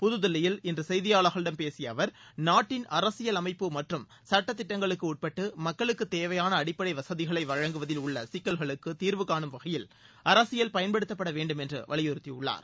புதுதில்லியில் இன்று செய்தியாளர்களிடம் பேசிய அவர் நாட்டின் அரசியலமைப்பு மற்றும் சுட்டத்திட்டங்களுக்குட்பட்டு மக்களுக்கு தேவையான அடிப்படை வசதிகளை வழங்குவதில் உள்ள சிக்கல்களுக்கு தீாவுகானும் வகையில் அரசியல் பயன்படுத்தப்பட வேண்டும் என்று வலியுறுத்தியுள்ளார்